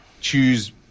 choose